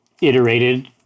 iterated